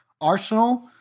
Arsenal